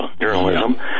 journalism